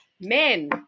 men